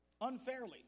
unfairly